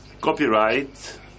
copyright